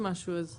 משהו נוסף